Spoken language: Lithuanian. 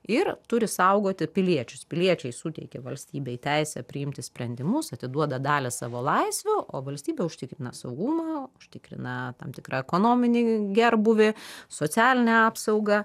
ir turi saugoti piliečius piliečiai suteikia valstybei teisę priimti sprendimus atiduoda dalį savo laisvių o valstybė užtikrina saugumą užtikriną tam tikrą ekonominį gerbūvį socialinę apsaugą